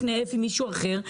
לפניו היה מישהו אחר,